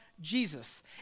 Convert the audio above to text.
Jesus